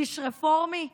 טיש רפורמי בבורג'